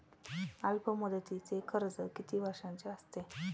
अल्पमुदतीचे कर्ज किती वर्षांचे असते?